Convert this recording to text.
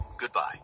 goodbye